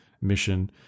mission